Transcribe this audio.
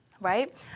right